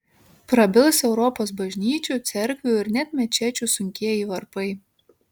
prabils europos bažnyčių cerkvių ir net mečečių sunkieji varpai